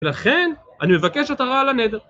ולכן אני מבקש התרה על הנדר.